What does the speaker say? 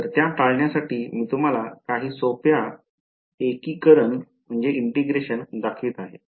तर त्या टाळण्यासाठी मी तुम्हाला काही सोप्या एकीकरण दाखवित आहे